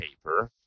paper